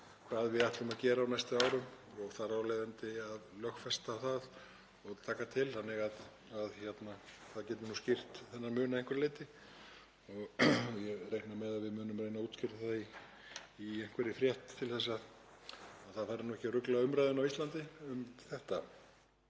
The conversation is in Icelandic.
hvað við ætlum að gera á næstu árum og þar af leiðandi að lögfesta það. Það gæti nú útskýrt þennan mun að einhverju leyti og ég reikna með að við munum reyna að útskýra það í einhverri frétt til þess að það fari ekki að rugla umræðuna á Íslandi um þetta.